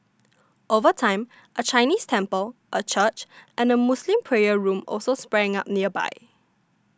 over time a Chinese temple a church and a Muslim prayer room also sprang up nearby